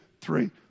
three